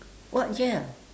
what gel